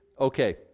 okay